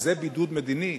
זה בידוד מדיני?